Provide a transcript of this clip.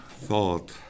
thought